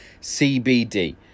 CBD